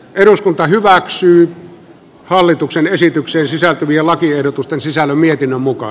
eduskunta hyväksyy hallituksen esitykseen sisältyvien lakiehdotusten sisällä mietin muka